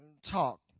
talk